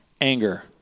anger